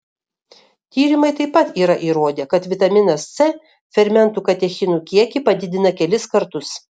tyrimai taip pat yra įrodę kad vitaminas c fermentų katechinų kiekį padidina kelis kartus